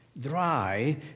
dry